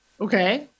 Okay